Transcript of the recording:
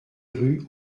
rue